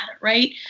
Right